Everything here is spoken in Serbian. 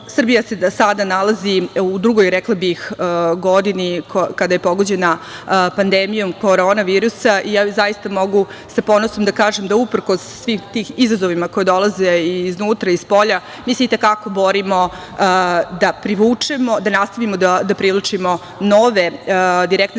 važan. Srbija se sada nalazi u drugoj, rekla bih godini, kada je pogođena pandemijom korona virusa i mogu sa ponosom da kažem da uprkos svim tim izazovima koje dolaze iznutra i spolja, mi se ti te kako borimo da privučemo, da nastavimo da priličimo nove direktne